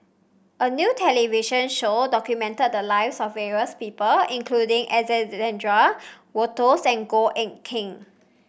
a new television show documented the lives of various people including Wolters and Goh Eck Kheng